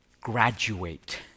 graduate